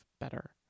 better